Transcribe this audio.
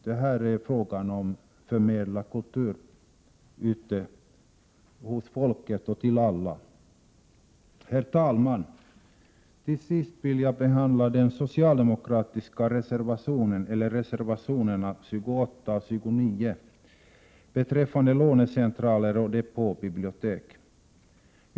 Det är här fråga om att förmedla kultur ute hos folket — och till alla. Herr talman! Till sist vill jag behandla de socialdemokratiska reservationerna 28 och 29 beträffande lånecentraler och depåbibliotek.